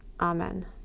Amen